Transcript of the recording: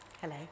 Hello